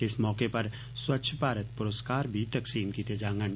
इस मौके पर स्वच्छ भारत पुरूस्कार बी तकसीम कीते जांडन